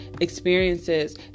experiences